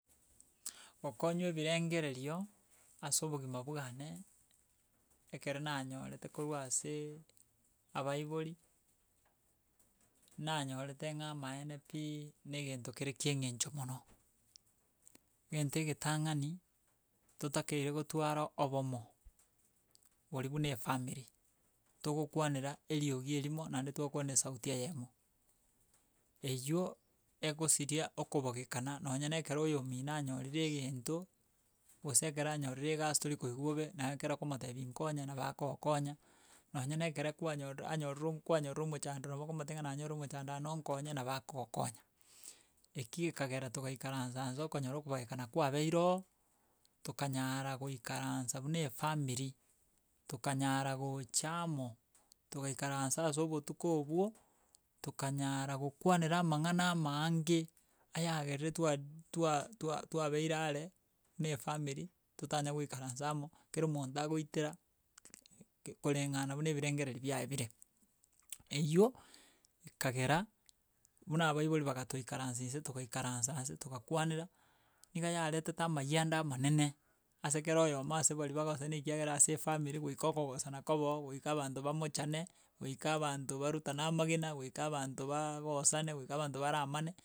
Gokonywa ebirengererio ase obogima bwane ekero nanyorete korwa aseee, abaibori nanyorete ng'a amaene pi, na egento kere kia eng'encho mono. Egento egetang'ani, totakeire gotwara obomo oria buna efamiri togokwanera eriogi erimo naende twakwana na esauti eyemo. Eywo egosiria okobogekana nonye na ekero oyomino anyorire egento, gose ekero anyorire egasi tori koigwa bobe naye ekero okomotebia nkonye, nabo akogokonya nonye na ekere kwanyorire anyorire kwanyorire omochando nabo okomotebia ng'a nanyorire omochando aye na nkonye, nabo akogokonya. Ekio ekiagera togaikaransa nse okonyora okobagekana kwabeire oo, tokanyara goikaransa buna efamiri, tokanyara gocha amo togaikaransa ase obotuko obwo, tokanyara gokwanera amang'ana amaaange, ayagerire twari twa twa twabeire are, na efamiri totanya goikaransa amo ekero omonto agoitera koreng'ana buna ebirengereri biaye bire. Eywo, ekagera buna abaibori bagatoikaransi nse togaikaransa ase togakwanera niga yaretete amayanda amanene ase kera oyomo ase bari bagosana ekiagera ase efamiri goika okogosana kobe oo goika abanto bamochane, goika abanto barutane amagena, goika abanto baaagosane, goika abanto baramane.